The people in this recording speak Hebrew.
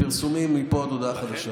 פרסומים, מפה עד הודעה חדשה.